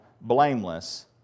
blameless